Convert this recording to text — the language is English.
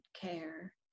care